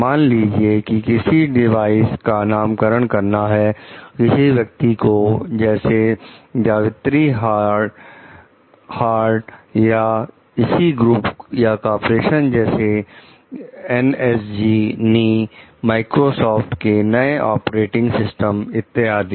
मान लीजिए कि किसी डिवाइस का नामकरण करना है किसी व्यक्ति को जैसे जावित्री हार्ड या इसी ग्रुप या कॉरपोरेशन जैसे एनएसजी नी माइक्रोसॉफ्ट के नए ऑपरेटिंग सिस्टम इत्यादि